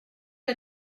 que